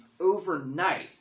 overnight